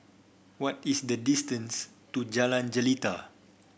what is the distance to Jalan Jelita